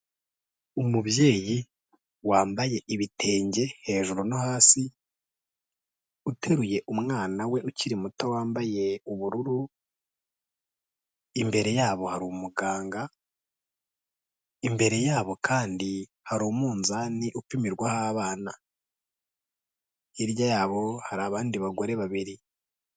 Umubyeyi wambaye ibitenge hejuru no hasi, uteruye umwana we ukiri muto wambaye ubururu, imbere yabo hari umuganga, imbere yabo kandi hari umunzani upimirwaho abana. Hirya yabo hari abandi bagore babiri.